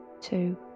two